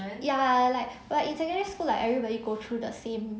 ya like like in secondary school like everybody go through the same